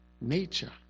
nature